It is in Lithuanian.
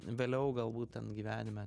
vėliau galbūt ten gyvenime